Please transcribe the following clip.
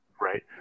right